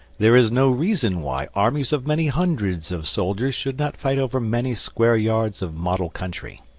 there is no reason why armies of many hundreds of soldiers should not fight over many square yards of model country.